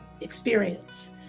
experience